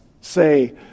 say